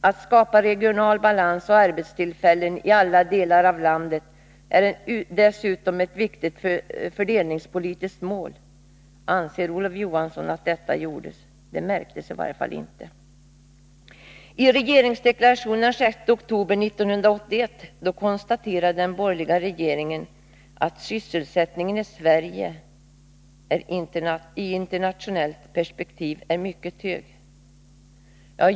Att skapa regional balans och arbetstillfällen i alla delar av landet är dessutom ett viktigt fördelningspolitiskt mål. Anser Olof Johansson att detta gjordes? Det märktes i varje fall inte. I regeringsdeklarationen den 6 oktober 1981 konstaterade den borgerliga regeringen att sysselsättningen i Sverige i internationellt perspektiv är mycket hög.